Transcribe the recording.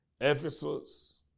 Ephesus